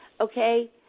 Okay